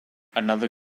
another